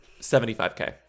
75K